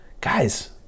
Guys